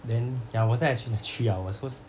then ya I was there actually three hours